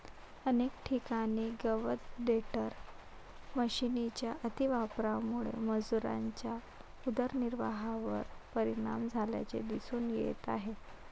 अनेक ठिकाणी गवत टेडर मशिनच्या अतिवापरामुळे मजुरांच्या उदरनिर्वाहावर परिणाम झाल्याचे दिसून येत आहे